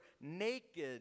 naked